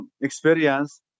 experience